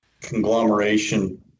conglomeration